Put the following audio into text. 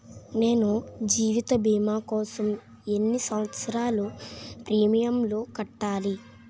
నేను జీవిత భీమా కోసం ఎన్ని సంవత్సారాలు ప్రీమియంలు కట్టాలి?